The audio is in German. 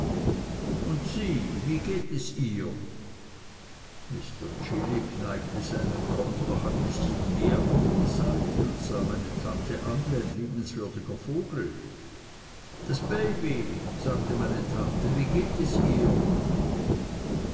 und sie wie geht es ihr mr chillip neigte seinen kopf noch ein bißchen mehr auf die seite und sah meine tante an wie ein liebenswürdiger vogel das baby sagte meine tante wie geht es ihr